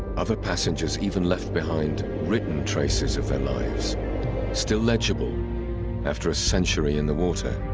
other passengers even left behind written traces of their lives still legible after a century in the water